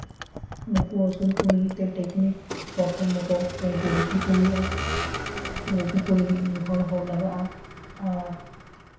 ᱱᱩᱠᱩ ᱟᱹᱥᱩᱞ ᱠᱚ ᱞᱟᱹᱜᱤᱫ ᱛᱮ ᱴᱮᱠᱱᱤᱠ ᱯᱚᱨᱛᱷᱚᱢᱚᱛᱚ ᱩᱝᱠᱩ ᱜᱩᱯᱤ ᱠᱚ ᱦᱩᱭᱩᱜᱼᱟ ᱜᱩᱯᱤ ᱠᱚ ᱞᱟᱹᱜᱤᱫ ᱢᱤᱫ ᱦᱚᱲ ᱦᱚᱲ ᱞᱟᱜᱟᱜᱼᱟ ᱟᱨ